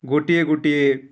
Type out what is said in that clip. ଗୋଟିଏ ଗୋଟିଏ